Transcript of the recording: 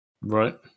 Right